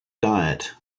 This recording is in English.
diet